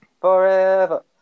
forever